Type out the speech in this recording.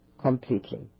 completely